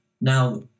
Now